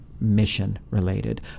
mission-related